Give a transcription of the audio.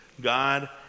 God